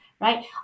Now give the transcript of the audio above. right